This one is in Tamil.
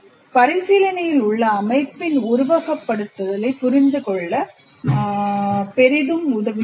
பரிசீலனையில் உள்ள அமைப்பைப் புரிந்துகொள்ள உருவகப்படுத்துதல் பெரிதும் உதவுகிறது